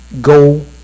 go